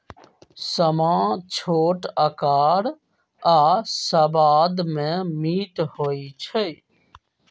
समा छोट अकार आऽ सबाद में मीठ होइ छइ